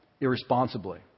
irresponsibly